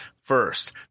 first